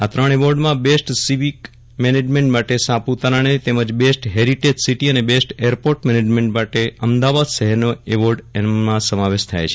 આ ત્રણ એવોર્ડમાં બેસ્ટ સિવિક મેનેજમેન્ટ માટે સાપુતારાને તેમજ બેસ્ટ હેરીટેજ સીટી અને બેસ્ટ એરપોર્ટ મેનેજમેન્ટ માટે અમદાવાદ શહેરને એવોર્ડનો સમાવેશ થાય છે